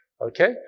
Okay